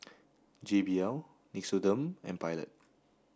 J B L Nixoderm and Pilot